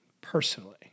Personally